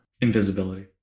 Invisibility